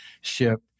ship